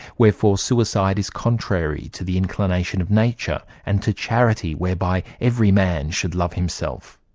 wherefore suicide is contrary to the inclination of nature, and to charity whereby every man should love himself.